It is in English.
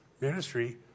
ministry